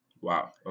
Wow